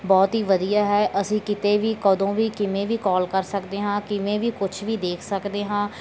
ਬਹੁਤ ਹੀ ਵਧੀਆ ਹੈ ਅਸੀਂ ਕਿਤੇ ਵੀ ਕਦੋਂ ਵੀ ਕਿਵੇਂ ਵੀ ਕੌਲ ਕਰ ਸਕਦੇ ਹਾਂ ਕਿਵੇਂ ਵੀ ਕੁਛ ਵੀ ਦੇਖ ਸਕਦੇ ਹਾਂ